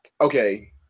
Okay